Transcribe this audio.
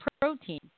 protein